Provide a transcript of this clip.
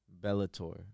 Bellator